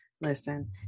listen